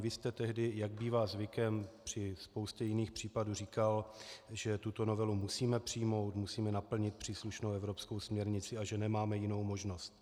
Vy jste tehdy, jak bývá zvykem při spoustě jiných případů, říkal, že tuto novelu musíme přijmout, musíme naplnit příslušnou evropskou směrnici a že nemáme jinou možnost.